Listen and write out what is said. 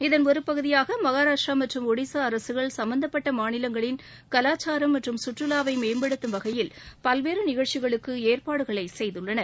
இதன் ஒருபகுதியாக மஹாராஷ்ட்ரா மற்றும் ஒடிஷா அரசுகள் சம்பந்தப்பட்ட மாநிலங்களின் கலாச்சாரம் மற்றும் சுற்றுலாவை மேம்படுத்தும் வகையில் பல்வேறு நிகழ்ச்சிகளுக்கு ஏற்பாடுகளை செய்துள்ளன